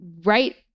right